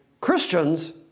Christians